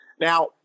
Now